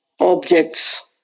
Objects